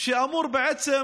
שאמור בעצם